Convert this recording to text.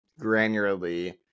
granularly